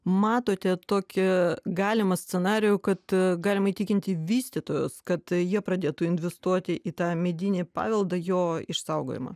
matote tokį galimą scenarijų kad galime įtikinti vystytojus kad jie pradėtų investuoti į tą medinį paveldą jo išsaugojimą